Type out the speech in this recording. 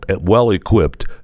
well-equipped